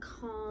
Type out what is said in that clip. calm